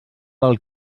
del